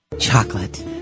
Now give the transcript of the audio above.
Chocolate